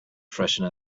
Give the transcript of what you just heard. freshen